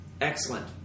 Excellent